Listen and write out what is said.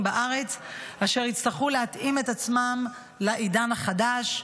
בארץ אשר יצטרכו להתאים את עצמם לעידן החדש,